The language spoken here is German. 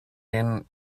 den